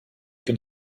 can